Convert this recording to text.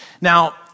Now